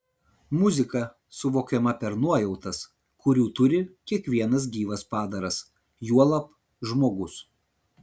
muzika suvokiama per nuojautas kurių turi kiekvienas gyvas padaras juolab žmogus